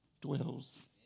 dwells